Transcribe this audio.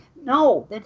No